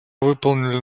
выполнили